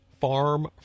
Farm